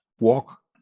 walk